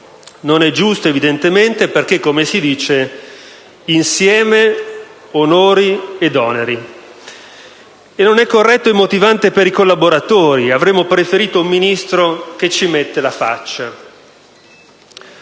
Non è giusto - evidentemente - perché, come si dice, onori ed oneri vanno insieme. Non è corretto e motivante per i collaboratori. Avremmo preferito un Ministro che ci mette la faccia.